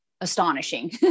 astonishing